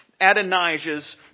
Adonijah's